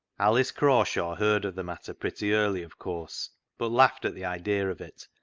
alice crawshaw heard of the matter pretty early, of course, but laughed at the idea of it,